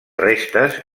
restes